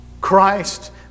Christ